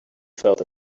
felt